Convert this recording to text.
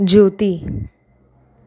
ज्योती